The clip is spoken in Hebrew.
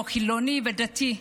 לא חילוני או דתי.